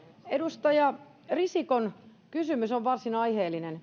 edustaja risikon kysymys on varsin aiheellinen